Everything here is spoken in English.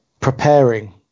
preparing